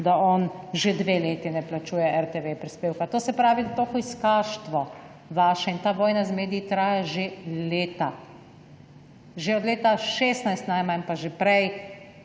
da on že dve leti ne plačuje RTV prispevka. To se pravi, da to vaše hujskaštvo in ta vojna z mediji traja že leta, že od leta 2016 najmanj, pa že prej